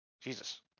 Jesus